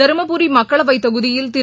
தருமபுரி மக்களவைத் தொகுதியில் திரு